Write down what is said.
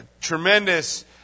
tremendous